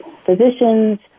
physicians